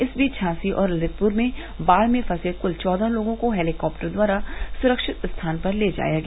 इस बीच झांसी और ललितपुर में बाढ़ में फंसे कुल चौदह लोगों को हेलीकाप्टर द्वारा सुरक्षित स्थान पर ले जाया गया